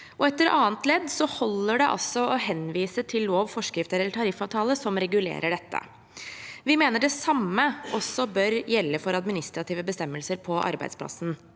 etter andre ledd holder det å henvise til lov, forskrift eller tariffavtale som regulerer dette. Vi mener det samme også bør gjelde for administrative bestemmelser på arbeidsplassen,